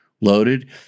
loaded